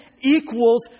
equals